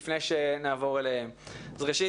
ראשית,